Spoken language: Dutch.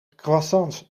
croissants